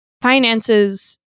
finances